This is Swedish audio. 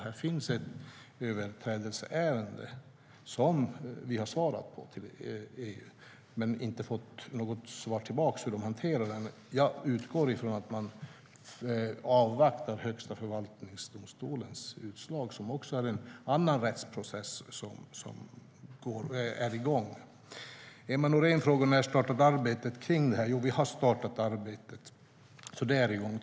Här finns ett överträdelseärende som vi har svarat på, men vi har inte fått något svar tillbaka om hur det hanteras. Jag utgår ifrån att man avvaktar Högsta förvaltningsdomstolens utslag, vilket är en annan rättsprocess som är i gång. Emma Nohrén frågade när arbetet kring det här startar. Vi har startat arbetet, så det är igång.